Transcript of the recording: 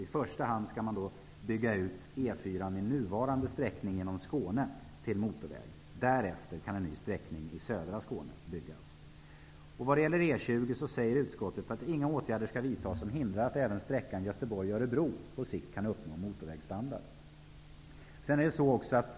I första hand skall E 4 byggas ut i nuvarande sträckning genom Skåne till motorväg. Därefter kan en ny sträckning i södra Skåne byggas. Vad det gäller E 20 säger utskottet att inga åtgärder skall vidtas som hindrar att även sträckan Göteborg-- Örebro på sikt skall kunna uppnå motorvägsstandard.